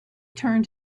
turned